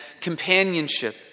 companionship